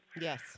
Yes